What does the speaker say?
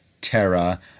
Terra